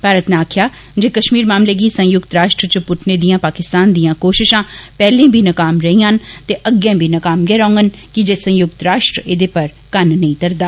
भारत नै आक्खेआ जे कष्मीर मामले गी संयुक्त राश्ट्र च पुट्टने दियां पाकिस्तान दियां कोषिषां पैहलें बी नाकाम रेइयां न ते अग्गैं बी नाकाम बी रौह्गन की जे संयुक्त राश्ट्र एदे पर कन्न नेई धरदा